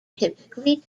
typically